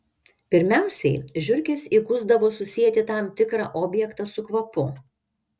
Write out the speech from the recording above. pirmiausiai žiurkės įgusdavo susieti tam tikrą objektą su kvapu